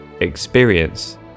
experience